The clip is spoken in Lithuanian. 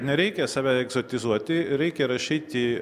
nereikia save egzotizuoti reikia rašyti